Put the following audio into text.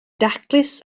daclus